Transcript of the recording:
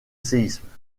séismes